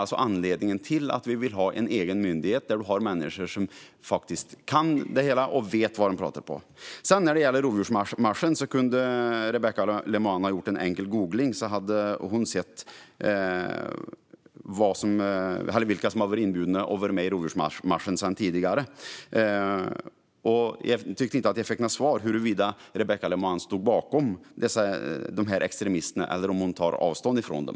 Det är anledningen till att vi vill ha en egen myndighet där det finns människor som kan området och vet vad de pratar om. När det gäller rovdjursmarschen kunde Rebecka Le Moine ha gjort en enkel googling. Då hade hon sett vilka som var inbjudna och som hade deltagit i tidigare rovdjursmarscher. Jag fick inte något svar huruvida Rebecka Le Moine står bakom dessa extremister eller om hon tar avstånd från dem.